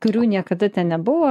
kurių niekada ten nebuvo